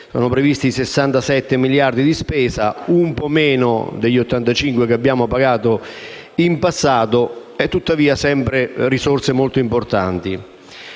sono previsti 67 miliardi per spesa, un po' meno degli 85 che abbiamo pagato in passato, ma si tratta sempre di risorse molto importanti.